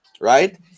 Right